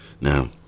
Now